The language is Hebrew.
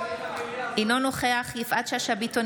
אינו נוכח יפעת שאשא ביטון,